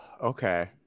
Okay